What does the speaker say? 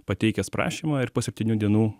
pateikęs prašymą ir po septynių dienų